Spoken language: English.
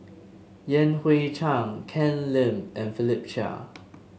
Yan Hui Chang Ken Lim and Philip Chia